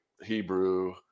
Hebrew